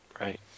Right